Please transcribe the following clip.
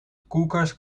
koelkast